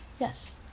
Yes